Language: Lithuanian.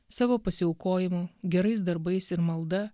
savo pasiaukojimu gerais darbais ir malda